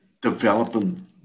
developing